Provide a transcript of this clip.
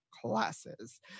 classes